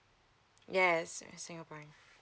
yes singaporean